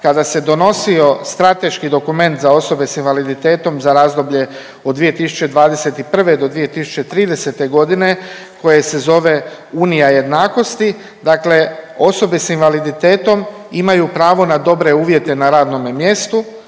kada se donosio strateški dokument za osobe s invaliditetom za razdoblje od 2021. do 2030. g. koje se zove Unija jednakosti, dakle osobe s invaliditetom imaju pravo na dobre uvjete na radnome mjestu,